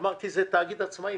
אמרתי: זה תאגיד עצמאי,